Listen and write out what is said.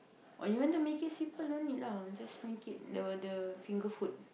or you want to make it simple only lah just link it the the finger food